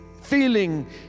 feeling